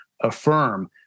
affirm